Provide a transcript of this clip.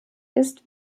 ist